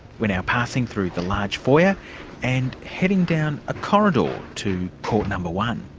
we're now passing through the large foyer and heading down a corridor to court no. um one.